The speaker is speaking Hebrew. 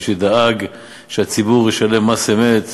מי שדאג שהציבור ישלם מס אמת,